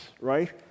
right